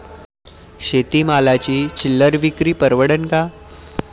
शेती मालाची चिल्लर विक्री परवडन का?